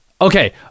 okay